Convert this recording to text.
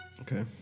Okay